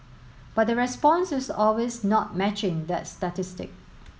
but the response is always not matching that statistic